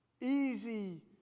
easy